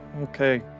okay